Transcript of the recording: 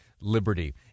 liberty